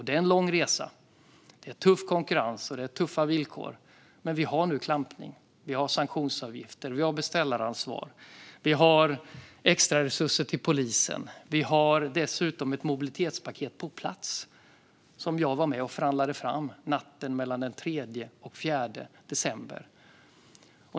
Det är en lång resa med tuff konkurrens och tuffa villkor. Men nu finns klampning, sanktionsavgifter, beställaransvar och extraresurser till polisen. Och nu finns ett mobilitetspaket på plats, som jag var med och förhandlade fram natten mellan den 3 och 4 december.